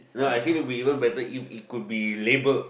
no I feel it will be even better if it could be labelled